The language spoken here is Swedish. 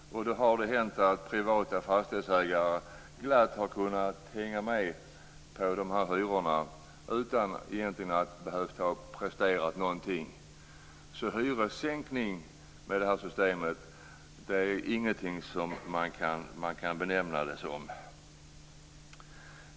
Då har det hänt att privata fastighetsägare glatt har kunnat hänga med på de här hyrorna utan att ha behövt prestera någonting. Hyressänkning kan man med det här systemet inte benämna något som.